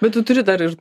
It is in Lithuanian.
bet tu turi dar ir